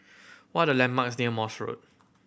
what are the landmarks near Morse Road